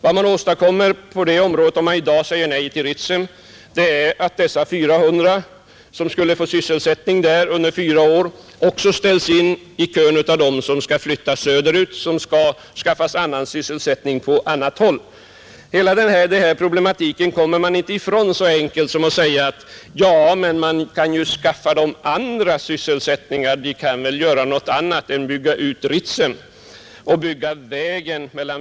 Ett nej till Ritsem här i dag innebär att de 400 som skulle få sysselsättning under fyra år ställs in i kön av dem som måste flyttas söderut och skaffas sysselsättning på annat håll. Det finns de som säger att dessa människor kan göra något annat än bygga ut Ritsem och bygga vägen mellan Vietas och Ritsem, men man kommer inte ifrån problematiken så enkelt.